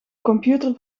computer